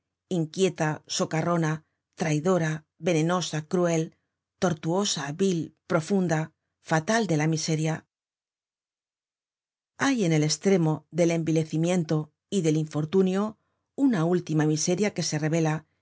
inquieta socarrona traidora venenosa cruel tortuosa vil profunda fatal de la miseria hay en el estremo del envilecimiento y del infortunio una última miseria que se rebela